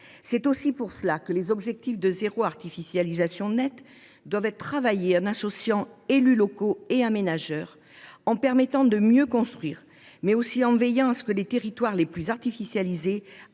la raison pour laquelle les objectifs de zéro artificialisation nette doivent être travaillés en associant élus locaux et aménageurs. Il s’agit de mieux construire, en veillant à ce que les territoires les plus artificialisés